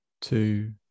two